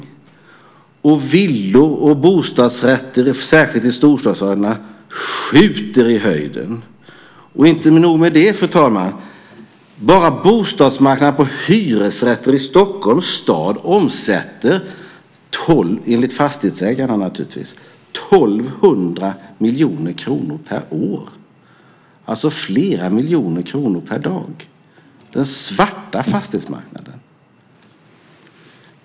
Priserna på villor och bostadsrätter, särskilt i storstadsområdena, skjuter i höjden. Och inte nog med det, fru talman, bara bostadsmarknaden för hyresrätter i Stockholms stad omsätter enligt fastighetsägarna 1 200 miljoner kronor per år. Det är alltså flera miljoner kronor per dag. Det är den svarta fastighetsmarknaden.